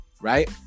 right